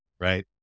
Right